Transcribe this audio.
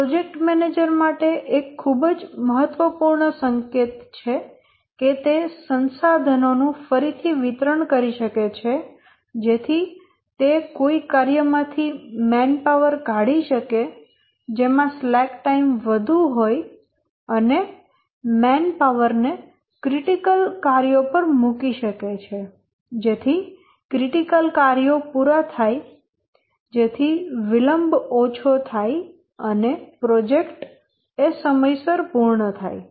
આ project manager માટે એક ખૂબ જ મહત્વપૂર્ણ સંકેત છે કે તે સંસાધનો નું ફરીથી વિતરણ કરી શકે છે જેથી તે કોઈ કાર્યમાંથી મેન પાવર કાઢી શકે જેમાં સ્લેક ટાઇમ વધુ હોય અને મેન પાવર ને ક્રિટિકલ કાર્યો પર મૂકી શકે જેથી ક્રિટિકલ કાર્યો પૂરા થાય જેથી વિલંબ ઓછો થાય અને પ્રોજેક્ટ સમયસર પૂર્ણ થાય